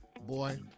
Boy